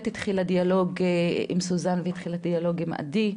התחיל הדיאלוג עם סוזן והתחיל הדיאלוג עם עדי,